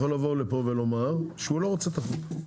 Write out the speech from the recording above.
לבוא לפה ולומר שהוא לא רוצה תחרות.